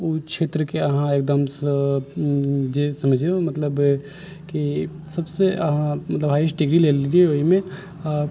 ओ क्षेत्रके अहाँ एकदमसँ जे समझियौ मतलब कि सभसँ अहाँ मतलब हाइयेस्ट डिग्री लेलियै ओहिमे आ